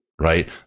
right